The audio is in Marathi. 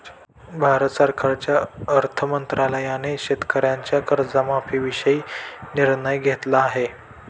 भारत सरकारच्या अर्थ मंत्रालयाने शेतकऱ्यांच्या कर्जमाफीविषयी निर्णय घेतला आहे